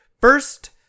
first